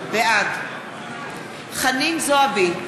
בעד חנין זועבי,